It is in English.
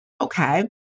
okay